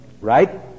Right